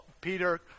Peter